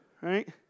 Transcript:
Right